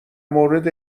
مورد